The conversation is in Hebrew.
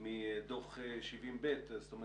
מדוח 70ב. זאת אומרת,